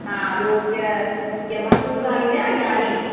हा ॿियो इहा मसूर दाल ईंदी आहे न ॻाढ़ी